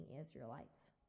Israelites